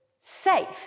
safe